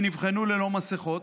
ונבחנו ללא מסכות,